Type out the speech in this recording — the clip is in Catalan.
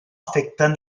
afecten